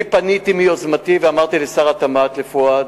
אני פניתי מיוזמתי ואמרתי לשר התמ"ת, לפואד: